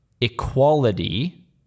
equality